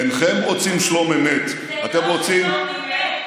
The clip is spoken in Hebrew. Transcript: אינכם רוצים שלום אמת, אתם רוצים, זה לא שלום אמת.